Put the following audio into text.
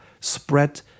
spread